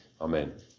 Amen